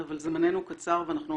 אבל זמננו קצר ואנחנו